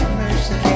mercy